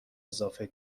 اضافه